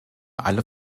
alle